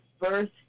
birth